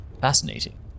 fascinating